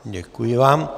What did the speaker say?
Děkuji vám.